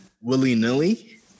willy-nilly